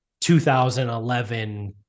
2011